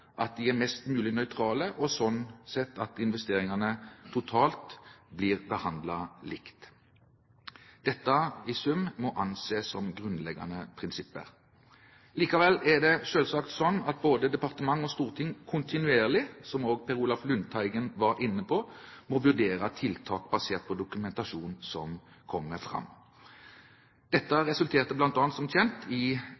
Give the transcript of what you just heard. at de er mest mulig nøytrale, og at investeringene sånn sett totalt blir behandlet likt. Dette må i sum anses som grunnleggende prinsipper. Likevel er det selvsagt sånn at både departement og storting kontinuerlig – som Per Olaf Lundteigen var inne på – må vurdere tiltak basert på dokumentasjon som kommer fram. Dette